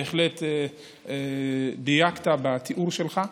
בהחלט דייקת בתיאור שלך.